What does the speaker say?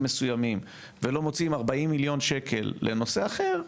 מסוימים ולא מוצאים 40 מיליון שקל לנושא אחר,